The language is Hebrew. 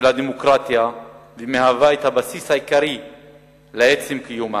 הדמוקרטיה ומהווה את הבסיס העיקרי לעצם קיומה.